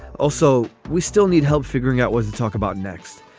also we still need help figuring out what to talk about next.